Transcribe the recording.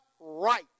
right